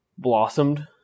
blossomed